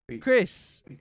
Chris